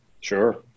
Sure